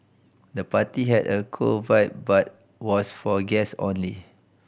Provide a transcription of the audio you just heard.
the party had a cool vibe but was for guest only